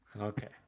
Okay